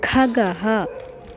खगः